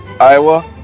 Iowa